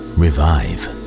revive